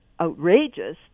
outrageous